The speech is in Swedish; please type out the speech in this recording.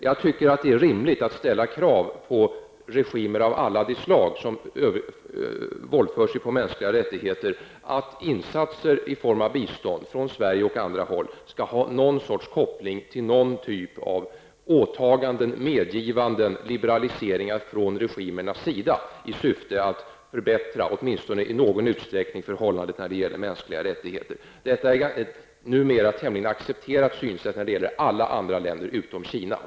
Jag tycker att det är rimligt att ställa kravet på regimer av alla de slag som våldför sig på mänskliga rättigheter att insatser i form av bistånd från Sverige och andra håll skall ha någon sorts koppling till någon typ av åtaganden, medgivanden eller liberaliseringar från regimernas sida i syfte att åtminstone i någon utsträckning förbättra förhållandena när det gäller mänskliga rättigheter. Detta är ett numera allmänt accepterat synsätt när det gäller alla andra länder än Kina.